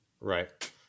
Right